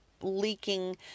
leaking